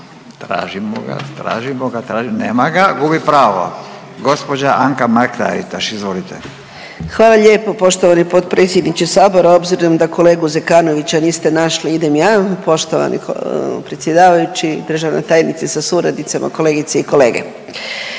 Tražimo ga, tražimo ga, tražimo ga. Nema ga. Gubi pravo. Gospođa Anka Mrak-Taritaš, izvolite. **Mrak-Taritaš, Anka (GLAS)** Hvala lijepo poštovani potpredsjedniče Sabora. Obzirom da kolegu Zekanovića niste našli idem ja poštovani predsjedavajući, državna tajnice sa suradnicama, kolegice i kolege.